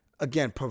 Again